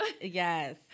Yes